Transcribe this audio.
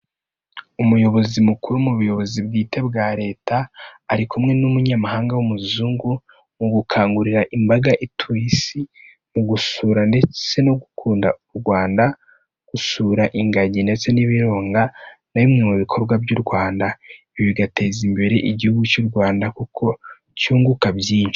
Umuyobozi mukuru mu buyobozi bwite bwa leta, ari kumwe n'umunyamahanga w'umuzungu mu gukangurira imbaga ituye isi mu gusura ndetse no gukunda u Rwanda. Gusura ingagi ndetse n'ibirunga na bimwe mu bikorwa by'u Rwanda bigateza imbere Igihugu cy'u Rwanda kuko cyunguka byinshi.